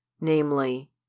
NAMELY